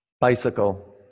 Bicycle